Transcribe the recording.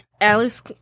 Alice